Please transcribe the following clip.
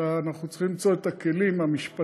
אלא אנחנו צריכים למצוא את הכלים המשפטיים,